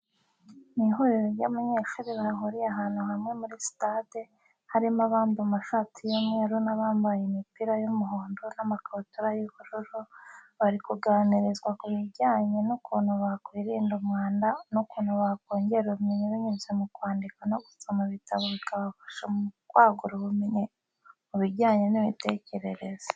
Ni ihuriro ry'abanyeshuri bahuriye ahantu hamwe muri sitade, harimo abambaye amashati y'umweru n'abambaye imipira y'umuhondo n'amakabutura y'ubururu, bari kuganirinzwa kubijyanye n'ukuntu bakwirinda umwanda, n'ukuntu bakongera ubumenyi binyuze mu kwandika no gusoma ibitabo bikabafasha mu kwagura ubumenyi mu bijyanye n'imitekerereze.